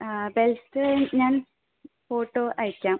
belt ഞാൻ photo അയയ്ക്കാം